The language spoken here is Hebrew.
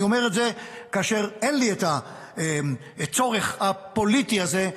אני אומר את זה כאשר אין לי את הצורך הפוליטי הזה,